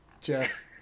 jeff